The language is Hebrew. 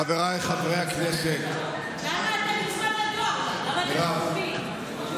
חבריי חברי הכנסת, למה אתה נצמד לדואר, בעזרת השם.